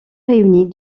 réunit